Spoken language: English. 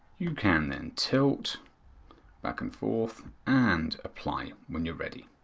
you can then tilt back and forth and apply when you are ready.